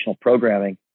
programming